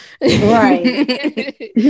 Right